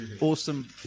Awesome